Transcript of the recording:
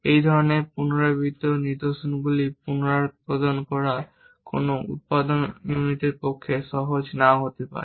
এই ধরনের পুনরাবৃত্ত নিদর্শনগুলি পুনরুত্পাদন করা কোনও উত্পাদন ইউনিটের পক্ষে সহজ নাও হতে পারে